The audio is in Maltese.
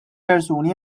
persuni